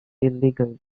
illegal